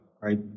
right